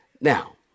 Now